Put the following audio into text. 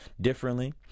differently